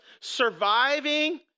surviving